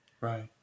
Right